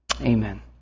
Amen